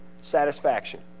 satisfaction